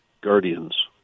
Guardians